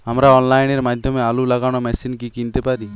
আমরা অনলাইনের মাধ্যমে আলু লাগানো মেশিন কি কিনতে পারি?